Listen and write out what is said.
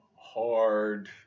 hard